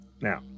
Now